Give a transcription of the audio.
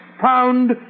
found